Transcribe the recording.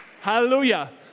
Hallelujah